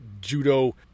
judo